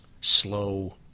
slow